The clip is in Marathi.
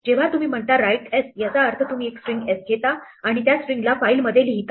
जेव्हा तुम्ही म्हणता write s याचा अर्थ तुम्ही एक स्ट्रिंग s घेता आणि त्या स्ट्रिंगला फाइलमध्ये लिहिता